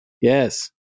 Yes